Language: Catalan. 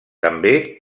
també